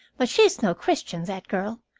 but she's no christian, that girl.